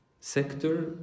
sector